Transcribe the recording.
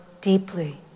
deeply